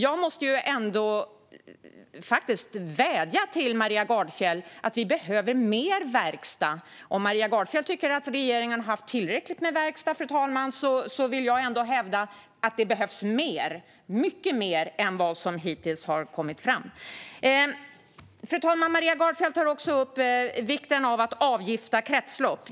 Jag vill vädja till Maria Gardfjell: Vi behöver mer verkstad! Om Maria Gardfjell tycker att regeringen har haft tillräckligt med verkstad vill jag ändå hävda, fru talman, att det behövs mycket mer än vad som hittills har kommit fram. Fru talman! Maria Gardfjell tar också upp vikten av att avgifta kretslopp.